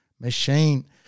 machine